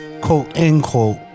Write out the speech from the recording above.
quote-unquote